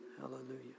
Hallelujah